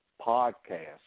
podcast